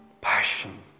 passion